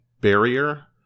barrier